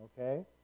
okay